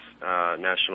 National